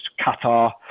Qatar